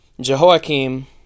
Jehoiakim